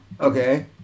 okay